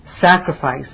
sacrifice